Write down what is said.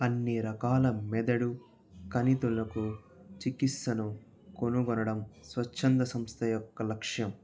అన్ని రకాల మెదడు కణితులకు చికిత్సను కొనుగొనడం స్వంచ్ఛంధ సంస్థ యొక్క లక్ష్యం